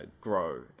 grow